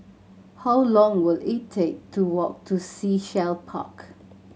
how long will it take to walk to Sea Shell Park